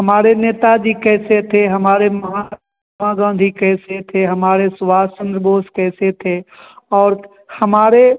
हमारे नेताजी कैसे थे हमारे महात्मा गाँधी कैसे थे हमारे सुभाष चंद्र बॉस कैसे थे और हमारे